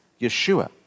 Yeshua